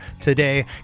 today